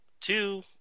two